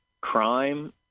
crime